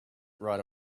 right